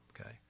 okay